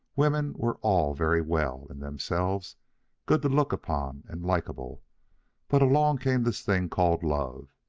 women were all very well, in themselves good to look upon and likable but along came this thing called love,